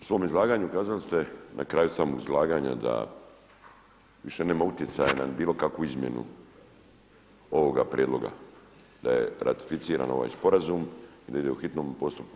U svom izlaganju kazali ste na kraju samog izlaganja da više nema utjecaja na bilo kakvu izmjenu ovoga prijedloga, da je ratificiran ovaj sporazum i da ide u hitnom postupku.